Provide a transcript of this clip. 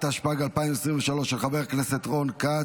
התשפ"ג 2023, של חבר הכנסת רון כץ.